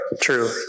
true